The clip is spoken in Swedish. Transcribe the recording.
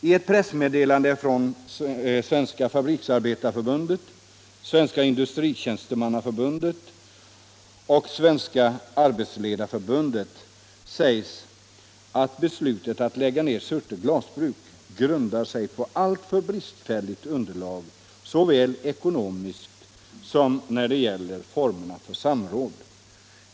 I ett pressmeddelande från Svenska fabriksarbetareförbundet, Svenska industritjänstemannaförbundet och Svenska arbetsledareförbundet sägs att beslutet att lägga ned Surte glasbruk grundar sig på alltför bristfälliga underlag såväl ekonomiskt som när det gäller formerna för samråd.